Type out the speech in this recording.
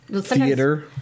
theater